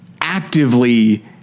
actively